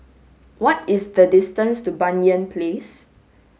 what is the distance to Banyan Place